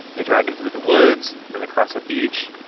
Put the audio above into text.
they drag him through the woods, then across a beach.